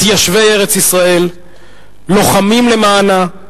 מתיישבי ארץ-ישראל, לוחמים למענה.